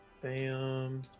Bam